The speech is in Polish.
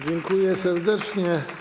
Dziękuję serdecznie.